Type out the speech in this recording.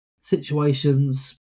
situations